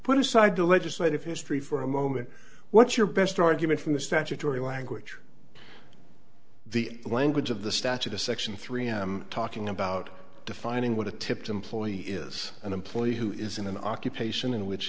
put aside the legislative history for a moment what's your best argument from the statutory language the language of the statute a section three am talking about defining what a tipped employee is an employee who is in an occupation in which